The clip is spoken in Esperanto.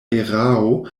erao